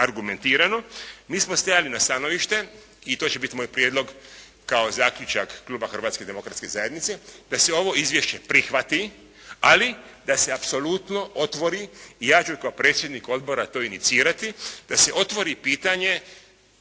argumentirano mi smo stali na stanovište i to će biti moj prijedlog kao zaključak kluba Hrvatske demokratske zajednice da se ovo izvješće prihvati ali da se apsolutno otvori i ja ću kao predsjednik odbora to inicirati, da se otvori pitanje